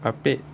unpaid